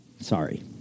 Sorry